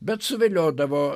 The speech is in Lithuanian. bet suviliodavo